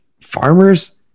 farmers